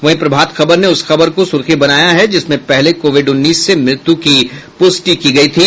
वहीं प्रभात खबर ने उस खबर को सुर्खी बनाया है जिसमें पहले कोविड उन्नीस से मृत्यु की पुष्टि की गयी थी